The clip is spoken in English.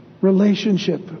relationship